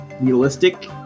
realistic